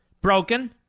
broken